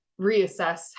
reassess